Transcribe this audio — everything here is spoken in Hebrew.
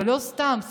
ולא סתם,